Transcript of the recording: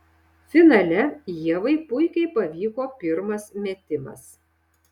finale ievai puikiai pavyko pirmas metimas